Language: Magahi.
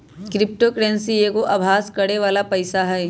क्रिप्टो करेंसी एगो अभास करेके बला पइसा हइ